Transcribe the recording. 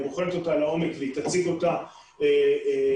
היא בוחנת אותם לעומק והיא תציג אותם לציבור,